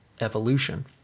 evolution